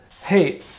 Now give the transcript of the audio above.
hey